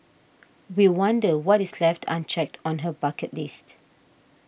we wonder what is left unchecked on her bucket list